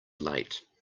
late